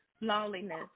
Loneliness